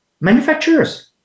manufacturers